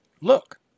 look